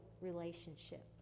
relationship